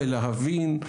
בלהבין,